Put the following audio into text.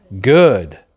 good